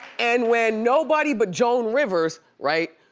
and when nobody but joan rivers, right,